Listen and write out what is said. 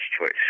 choice